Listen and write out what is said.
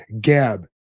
Gab